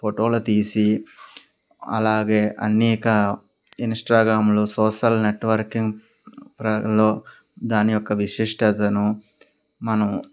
ఫోటోలు తీసి అలాగే అనేక ఇన్స్టాగ్రామ్లు సోషల్ నెట్వర్కింగ్లో దాని యొక్క విశిష్టతను మనం